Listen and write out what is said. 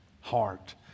heart